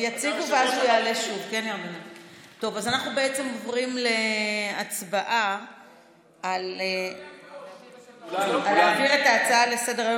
אז אנחנו עוברים להצבעה להעביר לוועדת החוקה את ההצעה לסדר-היום